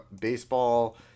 baseball